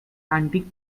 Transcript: antique